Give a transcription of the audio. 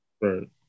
right